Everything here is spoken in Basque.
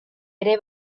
ere